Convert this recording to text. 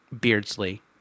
Beardsley